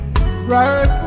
right